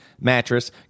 mattress